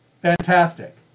Fantastic